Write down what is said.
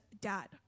Dad